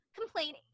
complaining